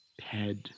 head